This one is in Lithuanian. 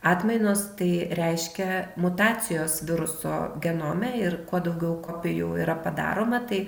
atmainos tai reiškia mutacijos viruso genome ir kuo daugiau kopijų yra padaroma tai